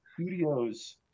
studios